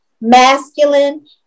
masculine